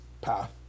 path